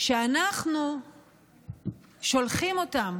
שאנחנו שולחים אותם